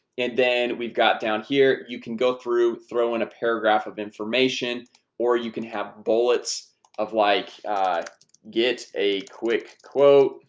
and then we've got down here you can go through throw on a paragraph of information or you can have bullets of like get a quick quote.